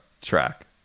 track